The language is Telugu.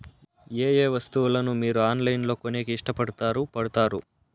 ఏయే వస్తువులను మీరు ఆన్లైన్ లో కొనేకి ఇష్టపడుతారు పడుతారు?